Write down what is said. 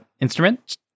Instrument